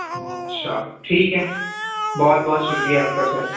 اچھا ٹھیک ہے بہت بہت شکریہ آپ کا سر